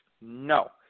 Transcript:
No